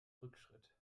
rückschritt